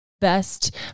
best